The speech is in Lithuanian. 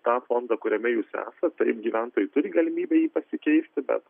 tą fondą kuriame jūs esat taip gyventojai turi galimybę jį pasikeisti bet